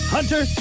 Hunter